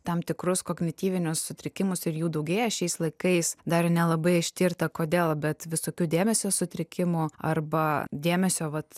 tam tikrus kognityvinius sutrikimus ir jų daugėja šiais laikais dar nelabai ištirta kodėl bet visokių dėmesio sutrikimų arba dėmesio vat